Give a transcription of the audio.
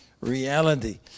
reality